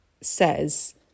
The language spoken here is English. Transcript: says